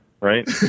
Right